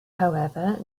however